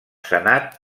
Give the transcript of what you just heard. senat